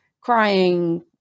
crying